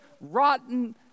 rotten